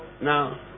Now